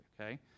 okay